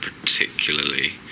particularly